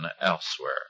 elsewhere